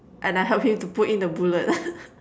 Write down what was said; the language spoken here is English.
and I help him to put in the bullet